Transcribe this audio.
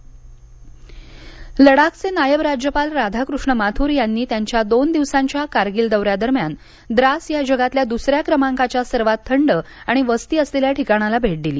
लडाख राज्यपाल लडाखचे नायब राज्यपाल राधाकृष्ण माथुर यांनी त्यांच्या दोन दिवसांच्या कारगील दौऱ्यादरम्यान द्रास या जगातल्या दुसऱ्या क्रमांकाच्या सर्वात थंड आणि वस्ती असलेल्या ठिकाणाला भेट दिली